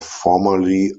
formerly